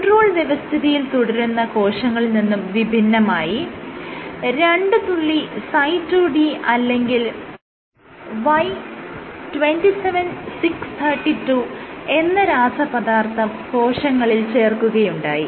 control വ്യവസ്ഥിതിയിൽ തുടരുന്ന കോശങ്ങളിൽ നിന്നും വിഭിന്നമായി രണ്ട് തുള്ളി Cyto D അല്ലെങ്കിൽ Y27632 എന്ന രാസപദാർത്ഥം കോശങ്ങളിൽ ചേർക്കുകയുണ്ടായി